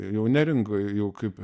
jau neringoj jau kaip